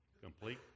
complete